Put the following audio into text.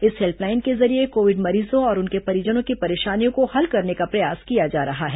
इस हेल्पलाइन के जरिए कोविड मरीजों और उनके परिजनों की परेशानियों को हल करने का प्रयास किया जा रहा है